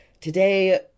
today